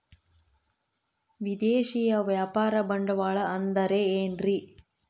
ವಿದೇಶಿಯ ವ್ಯಾಪಾರ ಬಂಡವಾಳ ಅಂದರೆ ಏನ್ರಿ?